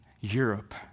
Europe